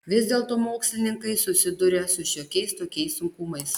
vis dėlto mokslininkai susiduria su šiokiais tokiais sunkumais